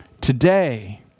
today